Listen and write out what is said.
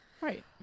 Right